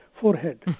forehead